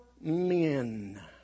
men